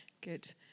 Good